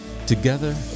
together